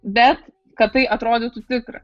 bet kad tai atrodytų tikra